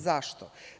Zašto?